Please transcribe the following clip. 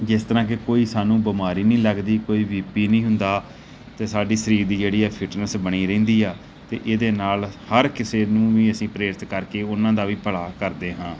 ਜਿਸ ਤਰ੍ਹਾਂ ਕਿ ਕੋਈ ਸਾਨੂੰ ਬਿਮਾਰੀ ਨਹੀਂ ਲੱਗਦੀ ਕੋਈ ਵੀ ਪੀ ਨਹੀਂ ਹੁੰਦਾ ਅਤੇ ਸਾਡੀ ਸਰੀਰ ਦੀ ਜਿਹੜੀ ਹੈ ਫਿਟਨੈਸ ਬਣੀ ਰਹਿੰਦੀ ਆ ਅਤੇ ਇਹਦੇ ਨਾਲ ਹਰ ਕਿਸੇ ਨੂੰ ਵੀ ਅਸੀਂ ਪ੍ਰੇਰਿਤ ਕਰਕੇ ਉਹਨਾਂ ਦਾ ਵੀ ਭਲਾ ਕਰਦੇ ਹਾਂ